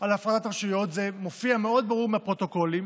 על הפרדת רשויות זה מופיע מאוד ברור מהפרוטוקולים,